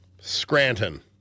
Scranton